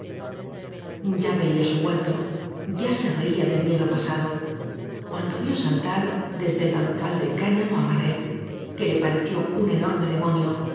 ya veía su huerto ya se reía del miedo pasado cuando vió saltar desde el bancal de cá ñamo á barret que le pareció un enorme demo